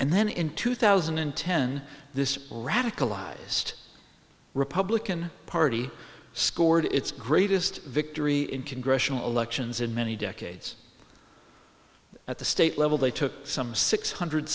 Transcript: and then in two thousand and ten this radicalized republican party scored its greatest victory in congressional elections in many decades at the state level they took some six hundred